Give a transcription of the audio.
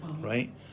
Right